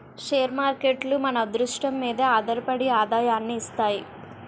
share మార్కేట్లు మన అదృష్టం మీదే ఆధారపడి ఆదాయాన్ని ఇస్తాయి